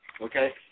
Okay